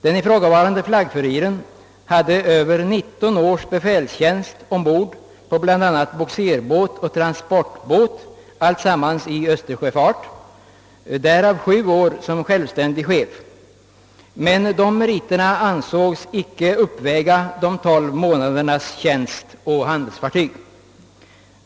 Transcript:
Den ifrågavarande flaggfuriren hade över 19 års befälstjänst ombord på bl.a. bogserbåt och transportbåt, alltsammans i östersjöfart, därav sju år som självständig chef. Dessa meriter ansågs emellertid icke uppväga de tolv månadernas tjänst på handelsfartyg.